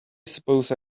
suppose